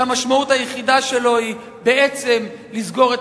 שהמשמעות היחידה שלו היא בעצם לסגור את